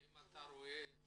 האם אפשר להעתיק את